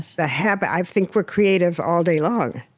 the habit i think we're creative all day long.